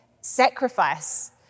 sacrifice